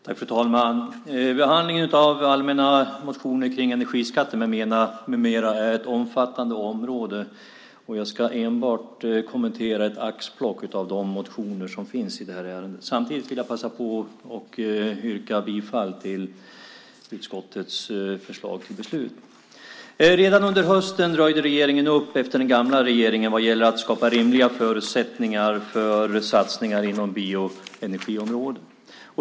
Fru talman! Behandlingen av allmänna motioner kring energiskatter med mera är ett omfattande område, och jag ska enbart kommentera ett axplock av de motioner som finns i det här ärendet. Samtidigt vill jag passa på att yrka bifall till utskottets förslag till beslut. Redan under hösten röjde regeringen upp efter den gamla regeringen vad gäller att skapa rimliga förutsättningar för satsningar inom bioenergiområdet.